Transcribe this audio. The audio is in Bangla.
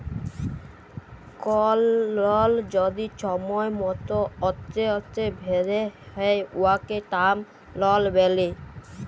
কল লল যদি ছময় মত অস্তে অস্তে ভ্যরা হ্যয় উয়াকে টার্ম লল ব্যলে